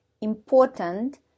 important